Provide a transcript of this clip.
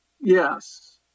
Yes